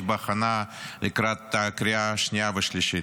בהכנה לקראת הקריאה השנייה והשלישית.